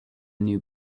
new